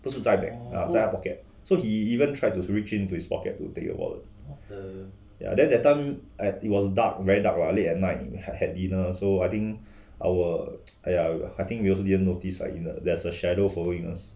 不是在 bag ya 在他 pocket so he even tried to reach into his pocket to take his wallet ya then that time I it was dark very dark ah late at night and had dinner so I think our !aiya! I think we also didn't notice ah like in the there's a shadow following us